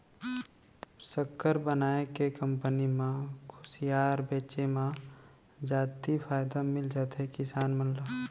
सक्कर बनाए के कंपनी म खुसियार बेचे म जादति फायदा मिल जाथे किसान मन ल